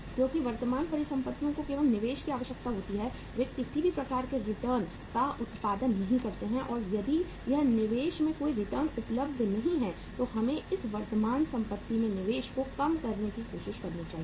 क्योंकि वर्तमान परिसंपत्तियों को केवल निवेश की आवश्यकता होती है वे किसी भी प्रकार के रिटर्न का उत्पादन नहीं करते हैं और यदि इस निवेश पर कोई रिटर्न उपलब्ध नहीं है तो हमें इसे वर्तमान संपत्ति में निवेश को कम करने की कोशिश करनी चाहिए